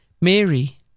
Mary